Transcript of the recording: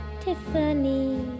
Tiffany